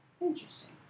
Interesting